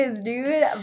dude